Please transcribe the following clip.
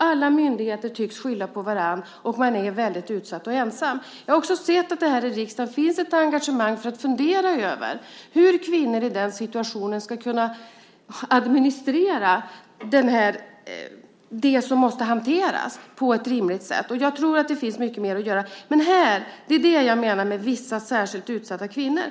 Alla myndigheter tycks skylla på varandra, och kvinnorna är mycket utsatta och ensamma. Jag har också sett att det i riksdagen finns ett engagemang där man funderar över hur kvinnor i den situationen på ett rimligt sätt ska kunna administrera det som måste hanteras. Jag tror att det finns mycket mer att göra här. Det är det jag menar med vissa särskilt utsatta kvinnor.